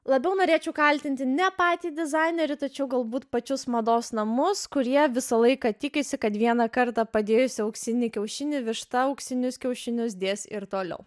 labiau norėčiau kaltinti ne patį dizainerį tačiau galbūt pačius mados namus kurie visą laiką tikisi kad vieną kartą padėjusi auksinį kiaušinį višta auksinius kiaušinius dės ir toliau